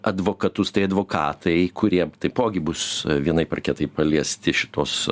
advokatus tai advokatai kurie taipogi bus vienaip ar kitaip paliesti šitos